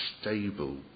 stable